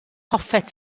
hoffet